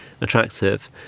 attractive